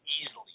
easily